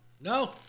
no